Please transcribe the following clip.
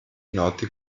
noti